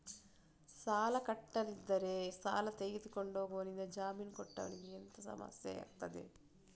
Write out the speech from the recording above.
ಸಾಲ ಕಟ್ಟಿಲ್ಲದಿದ್ದರೆ ಸಾಲ ತೆಗೆದುಕೊಂಡವನಿಂದ ಜಾಮೀನು ಕೊಟ್ಟವನಿಗೆ ಎಂತ ಸಮಸ್ಯೆ ಆಗ್ತದೆ?